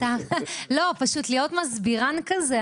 לא, פשוט להיות מסבירן כזה.